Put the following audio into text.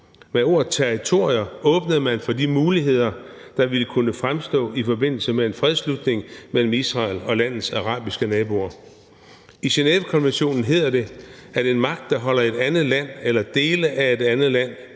Med ordet territorier åbnede man for de muligheder, der ville kunne fremstå i forbindelse med en fredsslutning mellem Israel og landets arabiske naboer. I Genèvekonventionen hedder det, at en magt, der holder et andet land eller dele af et andet land